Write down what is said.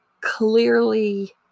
clearly